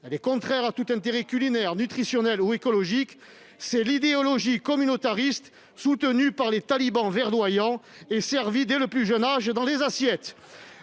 est contraire à tout intérêt culinaire, nutritionnel, ou écologique : c'est l'idéologie communautariste soutenue par les talibans verdoyants et servie dès le plus jeune âge dans les assiettes